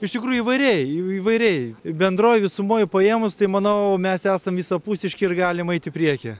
iš tikrųjų įvairiai įvairiai bendroj visumoj paėmus tai manau mes esam visapusiški ir galim eit į priekį